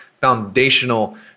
foundational